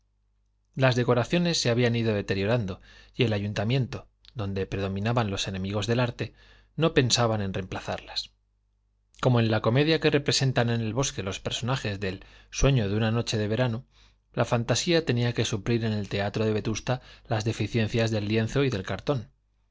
las decoraciones se habían ido deteriorando y el ayuntamiento donde predominaban los enemigos del arte no pensaba en reemplazarlas como en la comedia que representan en el bosque los personajes del sueño de una noche de verano la fantasía tenía que suplir en el teatro de vetusta las deficiencias del lienzo y del cartón